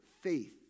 faith